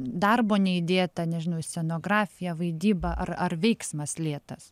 darbo neįdėta nežinau į scenografiją vaidybą ar ar veiksmas lėtas